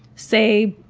say,